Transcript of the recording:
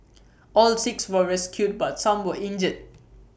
all six were rescued but some were injured